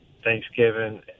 thanksgiving